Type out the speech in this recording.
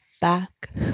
back